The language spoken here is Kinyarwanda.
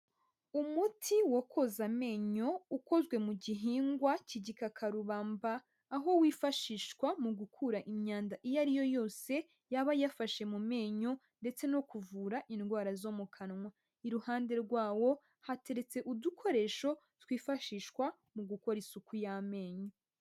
Umuti wo koza amenyo ukozwe mu gihingwa cy'igikakarubamba, aho wifashishwa mu gukura imyanda iyo ari yo yose yaba yafashe mu menyo ndetse no kuvura indwara zo mu kanwa. Iruhande rwawo hateretse udukoresho twifashishwa mu gukora isuku y'amenyo.